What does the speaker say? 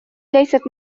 ليست